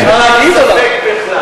תסביר את עצמך, לא אותו.